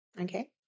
okay